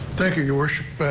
thank you, your worship.